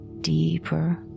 deeper